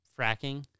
fracking